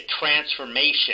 transformation